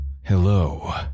Hello